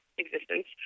existence